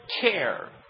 care